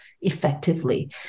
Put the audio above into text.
effectively